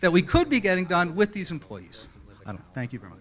that we could be getting done with these employees thank you